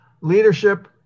Leadership